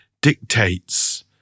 dictates